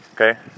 okay